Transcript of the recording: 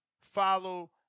follow